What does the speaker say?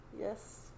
Yes